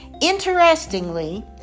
Interestingly